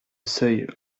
seuil